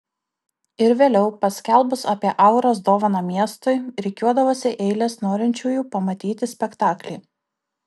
ir vėliau paskelbus apie auros dovaną miestui rikiuodavosi eilės norinčiųjų pamatyti spektaklį